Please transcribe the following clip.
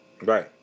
Right